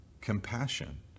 compassion